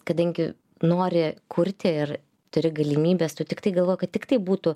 kadangi nori kurti ir turi galimybes tu tiktai galvoji kad tiktai būtų